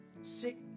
Sick